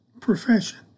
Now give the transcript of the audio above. profession